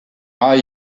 are